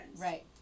Right